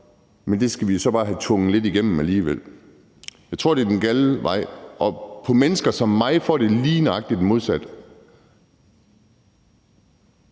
at det skal vi så bare have tvunget lidt igennem alligevel. Jeg tror, det er den gale vej, og på mennesker som mig får det lige nøjagtig den modsatte